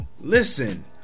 Listen